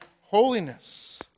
holiness